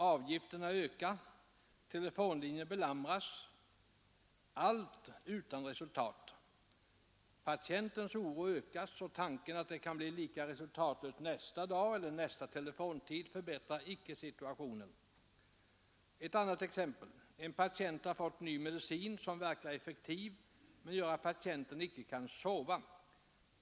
Avgifterna ökar, telefonlinjen belamras — allt utan resultat. Patientens oro ökas, och tanken att det kan bli lika resultatlöst nästa dag eller nästa telefontid förbättrar icke situationen. Ett annat exempel. En patient har fått ny medicin som verkar effektiv men gör att patienten inte kan sova.